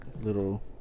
Little